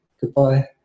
goodbye